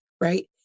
right